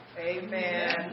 Amen